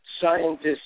scientists